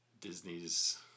Disney's